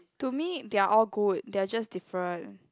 to me they are all good they are just different